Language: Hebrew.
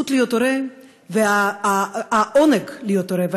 הזכות להיות הורה והעונג להיות הורה,